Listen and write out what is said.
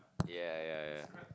yeah yeah yeah